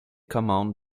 commandes